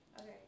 Okay